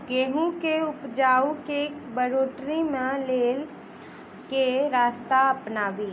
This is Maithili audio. गेंहूँ केँ उपजाउ केँ बढ़ोतरी केँ लेल केँ रास्ता अपनाबी?